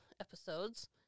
episodes